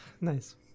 Nice